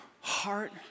heart